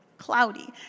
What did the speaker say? cloudy